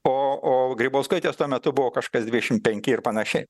o o grybauskaitės tuo metu buvo kažkas dvidešim penki ir panašiai